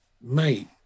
Mate